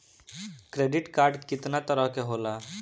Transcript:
Credit card कितना तरह के होला?